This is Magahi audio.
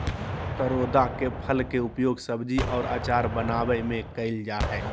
करोंदा के फल के उपयोग सब्जी और अचार बनावय में कइल जा हइ